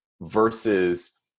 versus